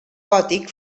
gòtic